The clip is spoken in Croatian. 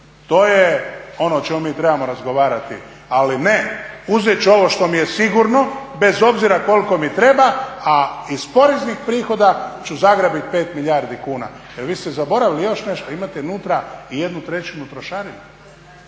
To je ono o čemu mi trebamo razgovarati. Ali ne, uzet ću ovo što mi je sigurno bez obzira koliko mi treba a iz poreznih prihoda ću zagrabiti 5 milijardi kuna. Jer vi ste zaboravili još nešto, imate unutra i jednu trećinu trošarina.